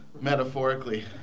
metaphorically